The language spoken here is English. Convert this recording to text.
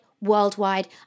worldwide